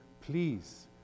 please